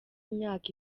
imyaka